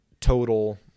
total